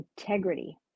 integrity